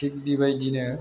थिग बेबायदिनो